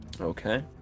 Okay